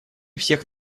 всех